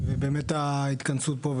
באמת ההתכנסות פה,